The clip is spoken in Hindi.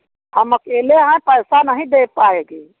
हम अकेले हैं पैसा नहीं दे पाएगी